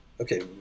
okay